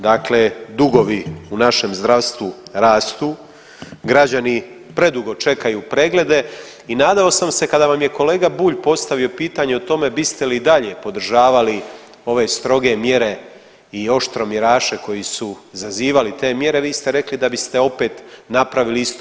Dakle, dugovi u našem zdravstvu rastu, građani predugo čekaju preglede i nadao sam se kada vam je kolega Bulj postavio pitanje o tome biste li i dalje podržavali ove stroge mjere i oštromjeraše koji su zazivali te mjere vi ste rekli da biste opet napravili isto.